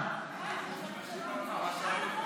מליאה,